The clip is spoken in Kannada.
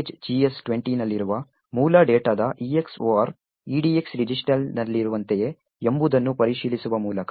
ಆದ್ದರಿಂದ gs20 ನಲ್ಲಿರುವ ಮೂಲ ಡೇಟಾದ EX OR EDX ರಿಜಿಸ್ಟರ್ನಲ್ಲಿರುವಂತೆಯೇ ಎಂಬುದನ್ನು ಪರಿಶೀಲಿಸುವ ಮೂಲಕ